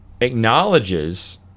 acknowledges